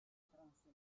transetto